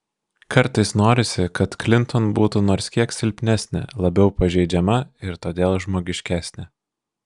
kartais norisi kad klinton būtų nors kiek silpnesnė labiau pažeidžiama ir todėl žmogiškesnė